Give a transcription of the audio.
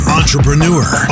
entrepreneur